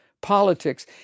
politics